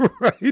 Right